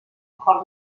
cor